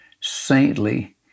saintly